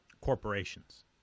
corporations